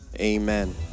Amen